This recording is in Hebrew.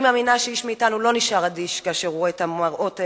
אני מאמינה שאיש מאתנו לא נשאר אדיש כאשר הוא רואה את המראות האלה,